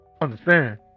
understand